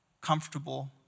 comfortable